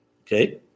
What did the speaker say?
okay